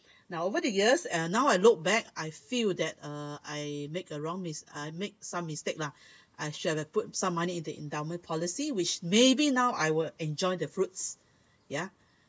now over the years uh now I looked back I feel that uh I made a wrong miss~ I make some mistake lah I should put some money in the endowment policy which maybe now I will enjoy the fruits ya